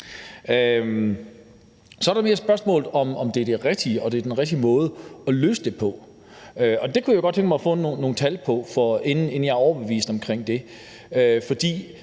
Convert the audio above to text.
Så er det mere et spørgsmål om, om det er det rigtige og den rigtige måde at løse det på. Og det kunne jeg godt tænke mig at få nogle tal på, inden jeg bliver overbevist om det.